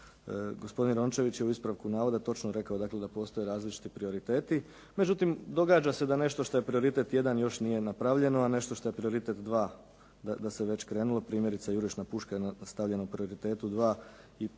Gospodin Rončević je u ispravku navoda točno rekao dakle da postoje različiti prioriteti. Međutim, događa se da nešto što je prioritet jedan još nije napravljeno, a nešto što je prioritet dva da se već krenulo, primjerice jurišna puška je stavljena u prioritetu dva i